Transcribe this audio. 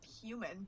human